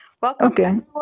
welcome